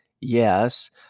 Yes